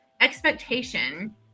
expectation